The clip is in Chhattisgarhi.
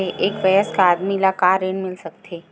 एक वयस्क आदमी ल का ऋण मिल सकथे?